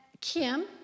Kim